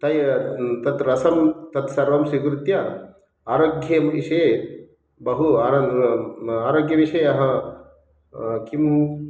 तैः तत् रसं तत्सर्वं स्वीकृत्य आरोग्यविषये बहु आर् आरोग्यविषये अह किं